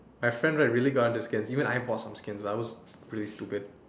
my friend right really got into skins even I bought some skins I was really stupid